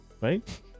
right